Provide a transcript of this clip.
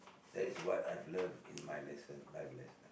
that is what I've learned in my lesson life lesson